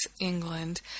England